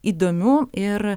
įdomių ir